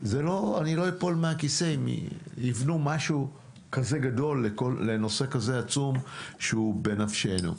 אני לא אפול מהכיסא אם יבנו משהו כזה גדול לנושא כזה עצום שהוא בנפשנו.